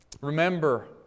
Remember